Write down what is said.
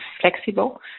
flexible